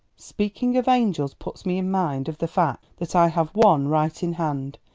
speaking of angels puts me in mind of the fact that i have one right in hand,